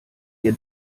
ihr